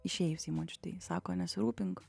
išėjusiai močiutei sako nesirūpink